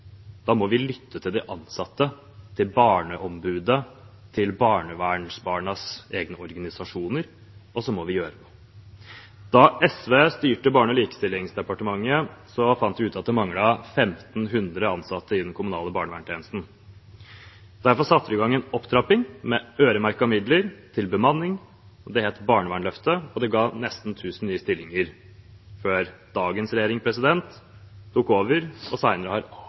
Da må vi lytte til de ansatte, til Barneombudet og til barnevernsbarnas egne organisasjoner, og så må vi gjøre noe. Da SV styrte Barne- og likestillingsdepartementet, fant vi ut at det manglet 1 500 ansatte i den kommunale barnevernstjenesten. Derfor satte vi i gang en opptrapping med øremerkede midler til bemanning. Det het Barnevernsløftet, og det ga nesten 1 000 nye stillinger før dagens regjering tok over – og